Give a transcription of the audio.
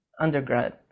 undergrad